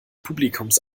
publikums